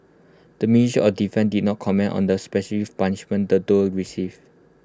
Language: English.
the ministry of defence did not comment on the specific punishments the duo received